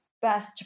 Best